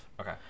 Okay